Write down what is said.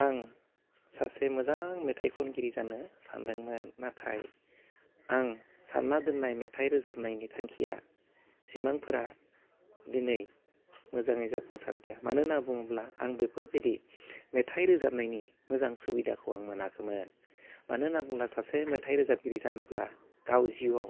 आं सासे मोजां मेथाइ खनगिरि जानो सानदोंमोन नाथाय आं सानना दोननाय मेथाइ रोजाबनायनि थांखिया सिमांफोरा दिनै मोजाङै जाफुंसारदिया मानो होनना बुङोब्ला आं बेफोरबायदि मेथाइ रोजाबनि मोजां सुबिदाखौ आं मोनाखैमोन मानो होनना बुंब्ला सासे मेथाइ रोजाबगिरि जानोब्ला गाव जिउआव